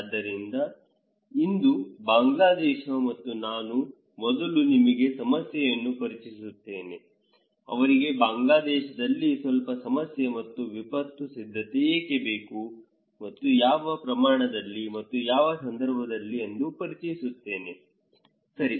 ಆದ್ದರಿಂದ ಇದು ಬಾಂಗ್ಲಾದೇಶ ಮತ್ತು ನಾನು ಮೊದಲು ನಿಮಗೆ ಸಮಸ್ಯೆಯನ್ನು ಪರಿಚಯಿಸುತ್ತೇನೆ ಅವರಿಗೆ ಬಾಂಗ್ಲಾದೇಶದಲ್ಲಿ ಸ್ವಲ್ಪ ಸಮಸ್ಯೆ ಮತ್ತು ವಿಪತ್ತು ಸಿದ್ಧತೆ ಏಕೆ ಬೇಕು ಮತ್ತು ಯಾವ ಪ್ರಮಾಣದಲ್ಲಿ ಮತ್ತು ಯಾವ ಸಂದರ್ಭದಲ್ಲಿ ಎಂದು ಪರಿಚಯಿಸುತ್ತೇನೆ ಸರಿ